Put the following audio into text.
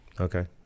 Okay